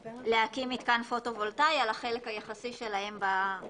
מתקן פוטו וולטאי על חלקם היחסי בגג.